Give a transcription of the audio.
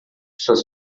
suas